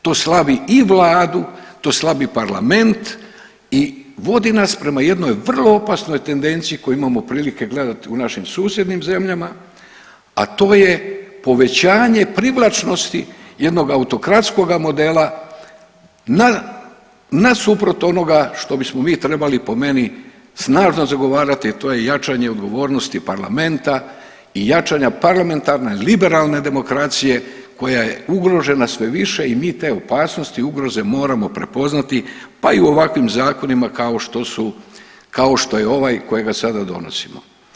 To slabi i vladu, to slabi parlament i vodi nas prema jednoj vrlo opasnoj tendenciji koju imamo priliku gledati u našim susjednim zemljama, a to je povećanje privlačnosti jednog autokratskog modela nasuprot onoga što bismo mi trebali po meni snažno zagovarati, a to je jačanje odgovornosti parlamenta i jačanje parlamentarne, liberalne demokracije koja je ugrožena sve više i mi te opasnosti ugroze moramo prepoznati pa i u ovakvim zakonima kao što su, kao što je ovaj kojega sada donosimo.